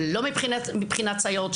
לא מבחינת סייעות,